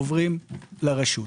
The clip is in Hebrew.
עוברים לרשות.